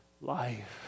life